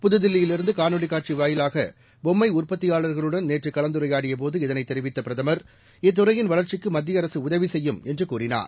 புதுதில்லியிலிருந்து காணொலிக் காட்சி வாயிலாக பொம்மை உற்பத்தியாளர்களுடன் நேற்று கலந்துரையாடியபோது இதனை தெரிவித்த பிரதமர் இத்துறையின் வளர்ச்சிக்கு மத்திய அரசு உதவி செய்யும் என்று கூறினார்